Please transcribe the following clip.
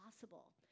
possible